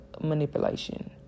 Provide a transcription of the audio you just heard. manipulation